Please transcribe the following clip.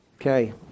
Okay